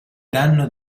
danno